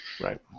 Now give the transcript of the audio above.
Right